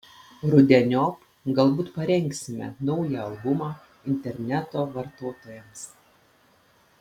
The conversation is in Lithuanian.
rudeniop galbūt parengsime naują albumą interneto vartotojams